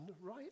right